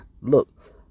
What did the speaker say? look